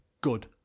good